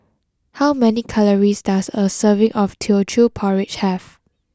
how many calories does a serving of Teochew Porridge have